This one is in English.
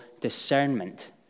discernment